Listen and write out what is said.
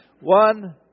One